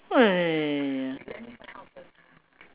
!aiya!